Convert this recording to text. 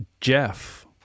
Jeff